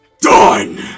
DONE